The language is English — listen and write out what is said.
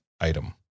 item